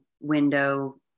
window